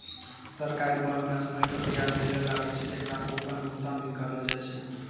सरकारी बांड म समय पर बियाज दैल लागै छै, जेकरा कूपन भुगतान भी कहलो जाय छै